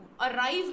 arrive